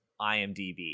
IMDb